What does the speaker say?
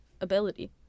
ability